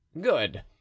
good